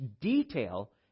detail